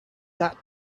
that